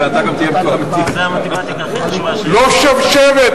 לא שבשבת.